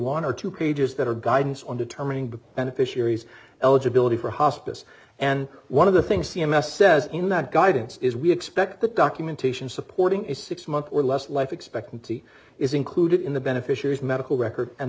one or two pages that are guidance on determining but and fisheries eligibility for hospice and one of the things the i'm says in that guidance is we expect that documentation supporting a six month or less life expectancy is included in the beneficiaries medical records and